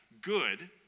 good